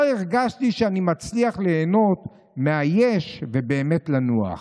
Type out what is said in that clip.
לא הרגשתי שאני מצליח ליהנות מה"יש" ובאמת לנוח'."